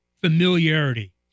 familiarity